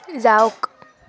যাওক